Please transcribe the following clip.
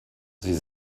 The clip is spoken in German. sie